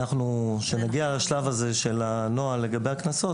כשנגיע לשלב הזה של הנוהל לגבי הקנסות,